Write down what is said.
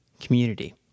community